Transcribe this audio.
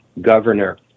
governor